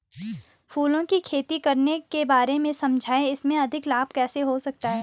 फूलों की खेती करने के बारे में समझाइये इसमें अधिक लाभ कैसे हो सकता है?